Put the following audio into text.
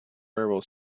railway